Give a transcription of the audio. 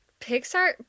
Pixar